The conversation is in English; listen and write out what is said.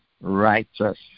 righteous